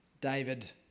David